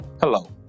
hello